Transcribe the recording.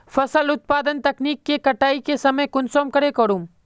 फसल उत्पादन तकनीक के कटाई के समय कुंसम करे करूम?